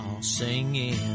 singing